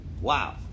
Wow